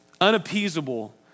unappeasable